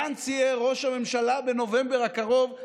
גנץ יהיה ראש ממשלה בנובמבר הקרוב.